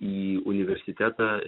į universitetą